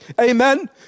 Amen